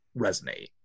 resonate